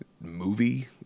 movie